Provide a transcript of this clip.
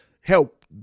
Help